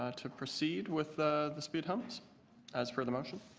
ah to proceed with ah the speed humps as per the motion.